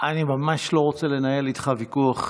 אני ממש לא רוצה לנהל איתך ויכוח,